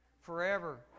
forever